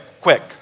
quick